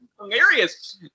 Hilarious